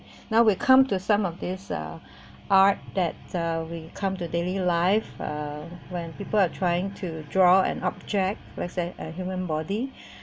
now we come to some of this uh art that uh we come to daily life when people are trying to draw an object lets say a human body